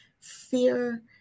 fear